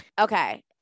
Okay